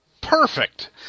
Perfect